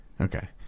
Okay